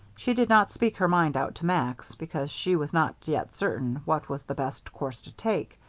she did not speak her mind out to max, because she was not yet certain what was the best course to take.